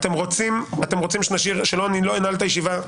אתם רוצים שאני לא אנעל את הישיבה?